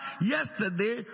yesterday